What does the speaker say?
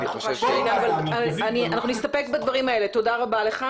אנחנו נסתפק בדברים האלה,